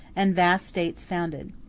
and vast states founded.